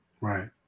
Right